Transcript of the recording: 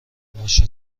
ماشین